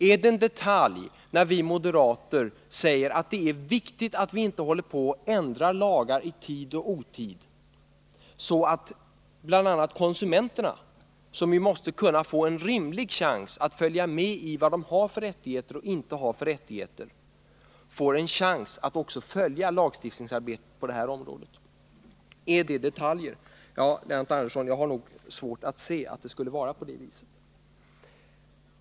Är det en detalj när vi moderater säger att det är viktigt att inte hålla på att ändra lagar i tid och otid, så att konsumenterna, som ju måste kunna få en rimlig chans att veta vad de har för rättigheter och vad de inte har för rättigheter, får möjlighet att följa lagstiftningsarbetet på det här området? Är det bara detaljer?